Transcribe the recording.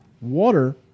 Water